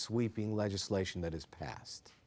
sweeping legislation that is pas